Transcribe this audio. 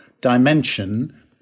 dimension